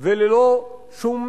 וללא שום